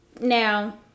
Now